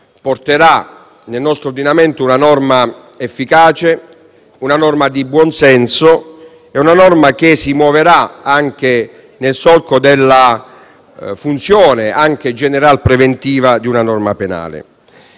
porterà nel nostro ordinamento una norma efficace, di buon senso e che si muoverà anche nel solco della funzione general-preventiva di una norma penale.